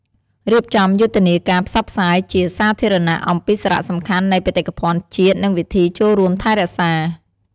រៀបចំយុទ្ធនាការផ្សព្វផ្សាយជាសាធារណៈអំពីសារៈសំខាន់នៃបេតិកភណ្ឌជាតិ និងវិធីចូលរួមថែរក្សា។